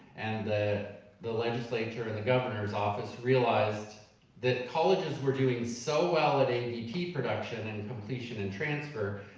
the the legislature in the governor's office realized that colleges were doing so well at abt production and completion and transfer,